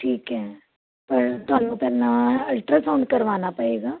ਠੀਕ ਹੈ ਪਰ ਤੁਹਾਨੂੰ ਪਹਿਲਾਂ ਅਲਟਰਾਸਾਊਂਡ ਕਰਵਾਉਣਾ ਪਵੇਗਾ